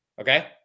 okay